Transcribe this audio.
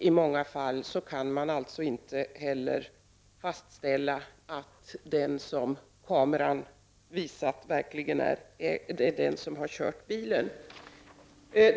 I många fall kan man inte heller fastställa att den som kameran visar verkligen är den som äger bilen.